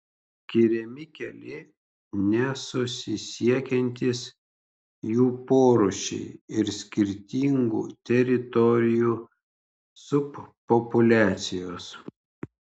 skiriami keli nesusisiekiantys jų porūšiai ir skirtingų teritorijų subpopuliacijos